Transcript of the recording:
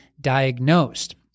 diagnosed